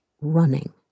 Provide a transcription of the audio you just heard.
running